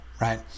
right